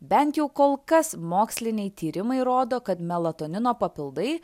bent jau kol kas moksliniai tyrimai rodo kad melatonino papildai